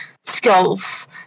skills